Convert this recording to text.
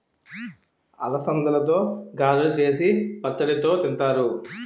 అలసందలతో గారెలు సేసి పచ్చడితో తింతారు